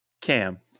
Cam